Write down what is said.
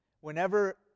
whenever